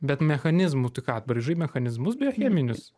bet mechanizmu tu ką braižai mechanizmus biocheminius